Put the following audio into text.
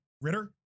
ritter